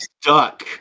stuck